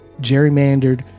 gerrymandered